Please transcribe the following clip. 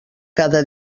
cada